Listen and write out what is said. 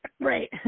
Right